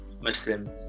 Muslim